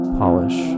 polish